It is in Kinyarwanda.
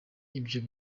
ibyo